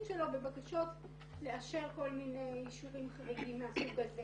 שלו בבקשות לאשר כל מיני אישורים חריגים מהסוג הזה